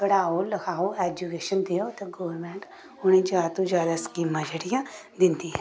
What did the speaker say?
पढ़ाओ लखाओ ऐजुकेशन देओ ते गौरमैंट उ'नें गी जैदा तों जैदा स्कीमां जेह्ड़ियां दिंदी ऐ